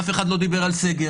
אף אחד לא דיבר על סגר.